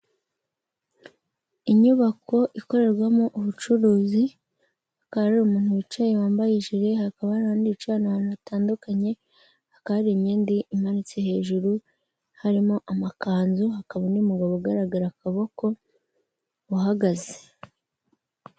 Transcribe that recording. Inyubako ikorerwamo ubucuruzi, hakaba hari umuntu wicaye wambaye ijire, hakaba n'undi wicaye ahantu hatandukanye, hakaba hari imyenda imanitse hejuru, harimo amakanzu hakaba n'umugabo ugaragara akaboko, uhagaze.